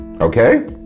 okay